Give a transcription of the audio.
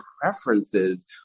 preferences